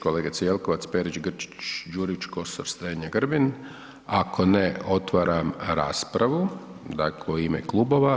Kolegica Jelkovac, Perić, Grčić, Đurić, Kosor, Strenja, Grbin, ako ne otvaram raspravu dakle u ime klubova.